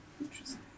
Interesting